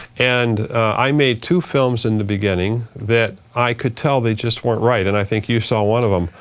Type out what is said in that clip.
and i made two films in the beginning that i could tell they just weren't right. and i think you saw one of them.